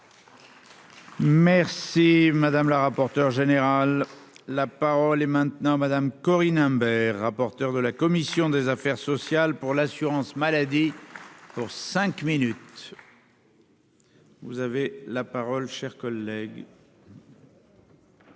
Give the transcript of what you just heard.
Merci madame la rapporteure générale, la parole est maintenant Madame Corinne Imbert, rapporteure de la commission des affaires sociales pour l'assurance maladie. Pour cinq minutes. Vous avez la parole cher collègue.